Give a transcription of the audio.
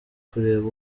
kureba